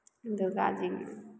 Durga ji